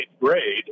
grade